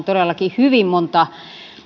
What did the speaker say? todellakin hyvin monta